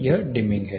यह डिमिंग है